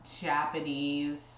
Japanese